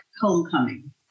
homecoming